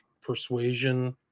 persuasion